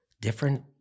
different